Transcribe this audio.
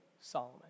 Solomon